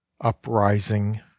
uprising